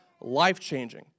life-changing